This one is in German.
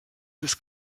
des